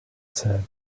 said